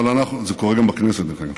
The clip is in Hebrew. זה קורה גם בכנסת, דרך אגב,